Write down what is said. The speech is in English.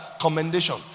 Commendation